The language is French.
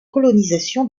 colonisation